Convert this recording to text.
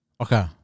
okay